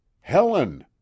Helen